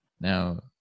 Now